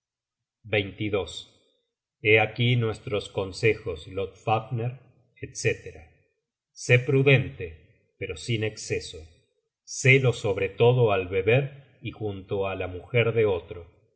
hé aquí nuestros consejos lodfafner etc sé prudente pero sin esceso selo sobre todo al beber y junto á la mujer de otro